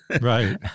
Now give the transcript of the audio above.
Right